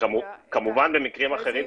כמובן במקרים אחרים,